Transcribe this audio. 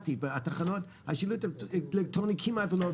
במעבר מרכב פרטי לתחבורה ציבורית כתוצאה מהמהלך